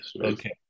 Okay